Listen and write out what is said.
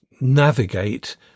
navigate